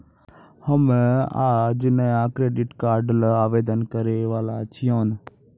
हम्मे आज नया क्रेडिट कार्ड ल आवेदन करै वाला छियौन